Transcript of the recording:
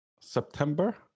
September